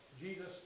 Jesus